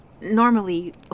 Normally